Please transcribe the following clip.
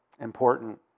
Important